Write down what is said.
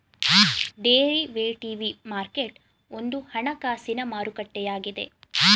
derivative market ಒಂದು ಹಣಕಾಸಿನ ಮಾರುಕಟ್ಟೆಯಾಗಿದೆ